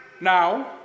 Now